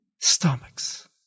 stomachs